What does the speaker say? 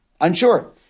Unsure